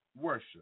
worship